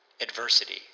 adversity